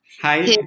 Hi